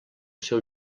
seu